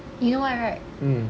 you know why right